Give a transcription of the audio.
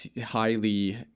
highly